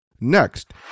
Next